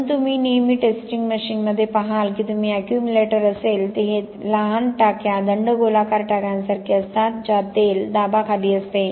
म्हणून तुम्ही नेहमी टेस्टिंग मशीनमध्ये पहाल की तेथे अक्युमिलेटर असेल हे लहान टाक्या दंडगोलाकार टाक्यांसारखे असतात ज्यात तेल दाबाखाली असते